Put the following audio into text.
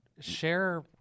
Share